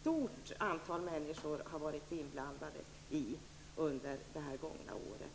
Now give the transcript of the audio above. stort antal människor har varit inblandade i under det gångna året.